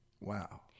Wow